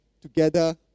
together